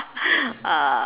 uh